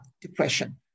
depression